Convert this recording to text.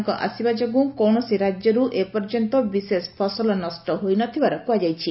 ପଙ୍ଗପାଳମାନଙ୍କ ଆସିବା ଯୋଗୁଁ କୌଣସି ରାଜ୍ୟରୁ ଏପର୍ଯ୍ୟନ୍ତ ବିଶେଷ ଫସଲ ନଷ୍ଟ ହୋଇନଥିବାର କ୍ରହାଯାଇଛି